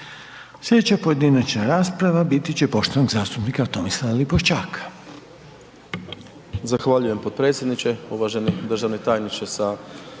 Sljedeća pojedinačna rasprava biti će poštovanog zastupnika Stjepana Čuraja.